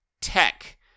Tech